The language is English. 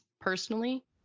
personally